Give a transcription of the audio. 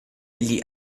gli